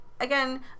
again